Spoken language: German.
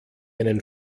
einen